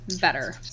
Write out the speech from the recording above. better